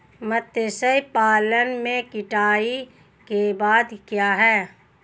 मत्स्य पालन में कटाई के बाद क्या है?